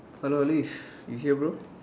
hello Alice you here bro